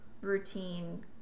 routine